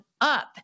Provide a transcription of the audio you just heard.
up